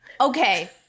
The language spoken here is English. Okay